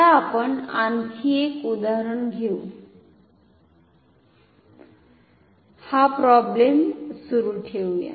आता आपण आणखी एक उदाहरण घेऊ या हा प्रोब्लेम सुरू ठेवूया